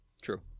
True